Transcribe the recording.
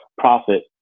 profit